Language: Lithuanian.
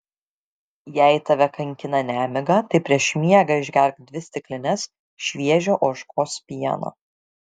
jei tave kankina nemiga tai prieš miegą išgerk dvi stiklines šviežio ožkos pieno